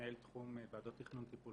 מנהל תחום ועדות תכנון וטיפול.